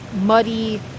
muddy